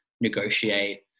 negotiate